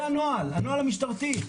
זה הנוהל המשטרתי,